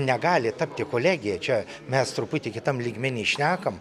negali tapti kolegija čia mes truputį kitam lygmeny šnekam